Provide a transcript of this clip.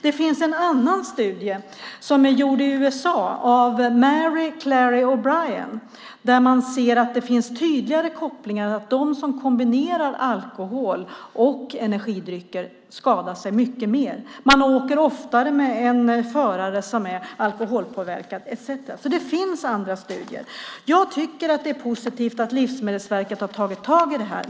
Det finns också en studie som är gjord i USA av Mary Claire O'Brien där man ser att det finns tydligare kopplingar. De som kombinerar alkohol och energidrycker skadar sig mycket mer. De åker oftare med en förare som är alkoholpåverkad etcetera. Det finns alltså andra studier. Jag tycker att det är positivt att Livsmedelsverket har tagit tag i det här.